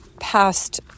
past